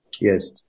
Yes